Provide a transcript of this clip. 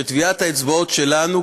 שטביעת האצבעות שלנו,